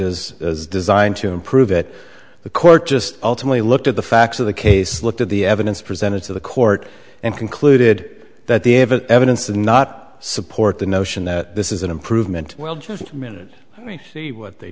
as designed to improve it the court just ultimately looked at the facts of the case looked at the evidence presented to the court and concluded that the evidence evidence did not support the notion that this is an improvement well just a minute i mean what they